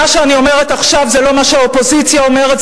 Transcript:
מה שאני אומרת עכשיו זה לא מה שהאופוזיציה אומרת,